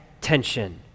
tension